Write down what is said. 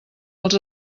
els